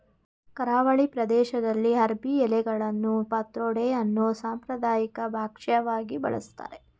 ಕರಾವಳಿ ಪ್ರದೇಶ್ದಲ್ಲಿ ಅರ್ಬಿ ಎಲೆಗಳನ್ನು ಪತ್ರೊಡೆ ಅನ್ನೋ ಸಾಂಪ್ರದಾಯಿಕ ಭಕ್ಷ್ಯವಾಗಿ ಬಳಸ್ತಾರೆ